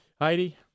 Heidi